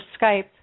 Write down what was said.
Skype